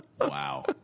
Wow